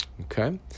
Okay